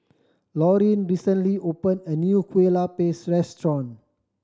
Lorin recently open a new Kueh Lupis restaurant